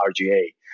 RGA